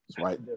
Right